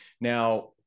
Now